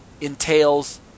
entails